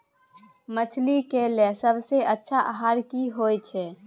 मछली के लेल सबसे अच्छा आहार की होय छै?